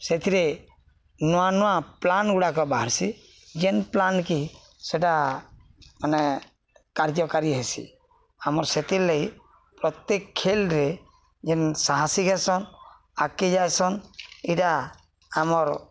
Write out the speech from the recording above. ସେଥିରେ ନୂଆ ନୂଆ ପ୍ଲାନ୍ଗୁଡ଼ାକ ବାହାରିସି ଯେନ୍ ପ୍ଲାନ୍ କି ସେଟା ମାନେ କାର୍ଯ୍ୟକାରୀ ହେସି ଆମର୍ ସେଥିର୍ ଲାଗି ପ୍ରତ୍ୟେକ ଖେଲ୍ରେ ଯେନ୍ ସାହସି ହେସନ୍ ଆଗ୍କେ ଯାଏସନ୍ ଇଟା ଆମର୍